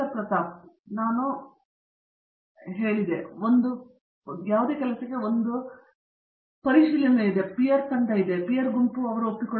ಪ್ರತಾಪ್ ಹರಿಡೋಸ್ ಆದ್ದರಿಂದ ನಾನು ಪರಿಭಾಷೆಯಲ್ಲಿ ಪ್ರಮಾಣಿತ ಹೊಂದಿಸುತ್ತದೆ ಅರ್ಥ ಇದು ಅವರು ನಡೆಸಿದ ಒಂದು ತುಂಡು ಕೆಲಸ ಪೀರ್ ಪರಿಶೀಲನೆ ಇದೆ ಪೀರ್ ಗುಂಪು ಒಪ್ಪಿಕೊಂಡಿದ್ದಾರೆ